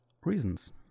reasons